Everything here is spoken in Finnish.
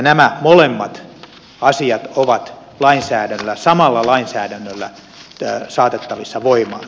nämä molemmat asiat ovat samalla lainsäädännöllä saatettavissa voimaan